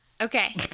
Okay